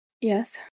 Yes